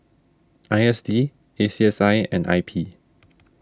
I S D A C S I and I P